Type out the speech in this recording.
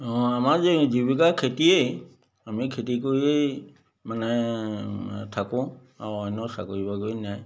অঁ আমাৰ জী জীৱিকা খেতিয়েই আমি খেতি কৰিয়েই মানে থাকোঁ আৰু অন্য চাকৰি বাকৰি নাই